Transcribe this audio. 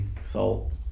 salt